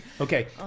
Okay